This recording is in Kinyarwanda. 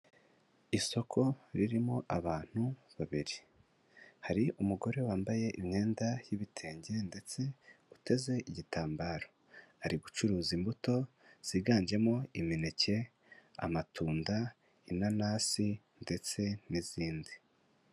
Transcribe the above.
Isoko ririmo abantu babiri hari umugore wambaye imyenda y'ibitenge, ndetse uteze igitambaro, ari gucuruza imbuto ziganjemo imineke amatunda inanasi ndetse n'izindi.